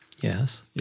Yes